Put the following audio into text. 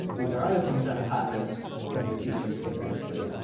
these are other things that will happen when you're teaching synchronously,